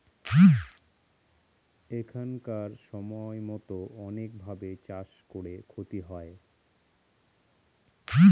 এখানকার সময়তো অনেক ভাবে চাষ করে ক্ষতি হয়